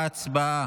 הצבעה.